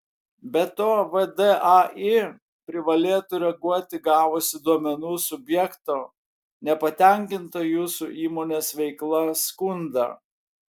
be to vdai privalėtų reaguoti gavusi duomenų subjekto nepatenkinto jūsų įmonės veikla skundą